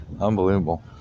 Unbelievable